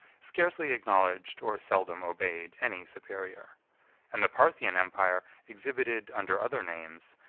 scarcely acknowledged, or seldom obeyed. any superior and the parthian empire exhibited, under other names,